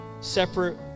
separate